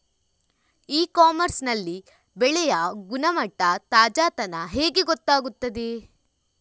E commerce ನಲ್ಲಿ ಬೆಳೆಯ ಗುಣಮಟ್ಟ, ತಾಜಾತನ ಹೇಗೆ ಗೊತ್ತಾಗುತ್ತದೆ?